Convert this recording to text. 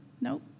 Nope